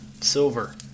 silver